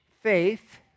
faith